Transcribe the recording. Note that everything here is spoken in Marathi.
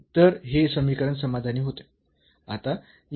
तर हे समीकरण समाधानी होते